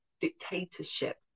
dictatorship